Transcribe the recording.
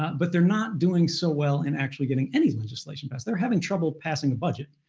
but they're not doing so well in actually getting anything legislation passed. they're having trouble passing a budget,